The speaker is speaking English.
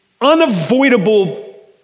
unavoidable